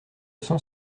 sont